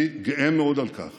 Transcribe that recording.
אני גאה מאוד על כך